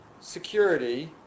security